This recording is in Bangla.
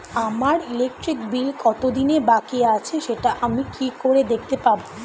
আমার ইলেকট্রিক বিল কত দিনের বাকি আছে সেটা আমি কি করে দেখতে পাবো?